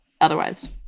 otherwise